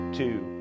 two